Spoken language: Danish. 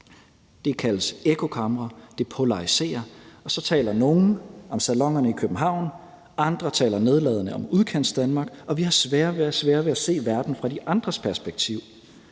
Det kaldes ekkokamre, og det polariserer. Så taler nogle om salonerne i København, andre taler nedladende om Udkantsdanmark, og vi har sværere og sværere ved at se verden fra de andres perspektiv.